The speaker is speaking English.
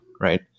right